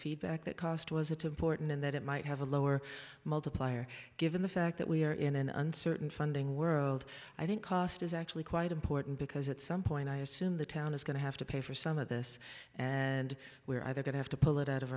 feedback that cost was it important in that it might have a lower multiplier given the fact that we are in an uncertain funding world i think cost is actually quite important because at some point i assume the town is going to have to pay for some of this and we're either going to have to pull it out of